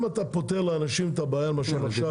אם אתה פותר לאנשים את הבעיה למשל עכשיו,